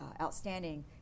outstanding